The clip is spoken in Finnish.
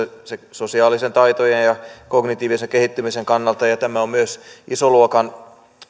sosiaalisten taitojen ja kognitiivisen kehittymisen kannalta ja tämä on myös ison luokan